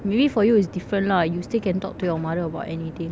maybe for you it's different lah you still can talk to your mother about anything